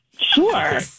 Sure